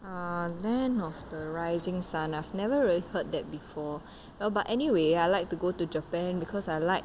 ah land of the rising sun I have never really heard that before uh but anyway I like to go to japan because I like